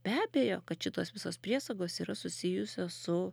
be abejo kad šitos visos priesagos yra susijusios su